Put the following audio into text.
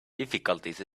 difficulties